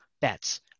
bets